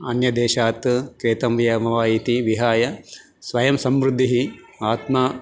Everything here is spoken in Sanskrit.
अन्यदेशात् क्रेतव्यं वा इति विहाय स्वयं समृद्धिः आत्मा